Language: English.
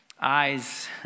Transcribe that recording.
eyes